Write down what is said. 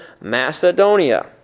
Macedonia